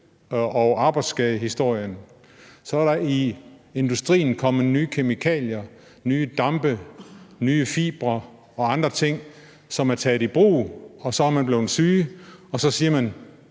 og arbejdsskadehistorien kan vi se, at der i industrien er kommet nye kemikalier, nye dampe, nye fibre og andre ting, som er taget i brug, og så er man blevet syg, og så siger vi: